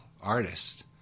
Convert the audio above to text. artist